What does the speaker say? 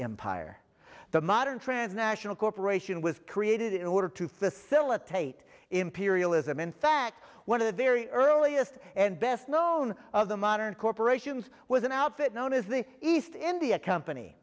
empire the modern transnational corporation was created in order to facilitate imperialism in fact one of the very earliest and best known of the modern corporations was an outfit known as the east india company